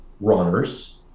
runners